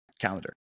calendar